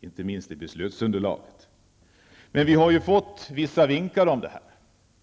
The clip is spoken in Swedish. inte minst i beslutsunderlaget. Men vi har fått en del vinkar om detta.